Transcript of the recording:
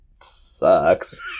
sucks